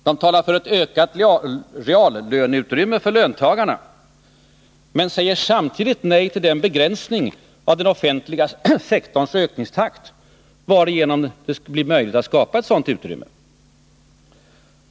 De talar för ett ökat reallöneutrymme för löntagarna men säger samtidigt nej till den begränsning av den offentliga sektorns ökningstakt varigenom det skulle bli möjligt att skapa ett sådant utrymme.